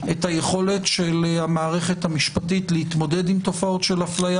את היכולת של המערכת המשפטית להתמודד עם תופעות של אפליה